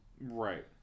right